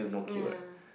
ah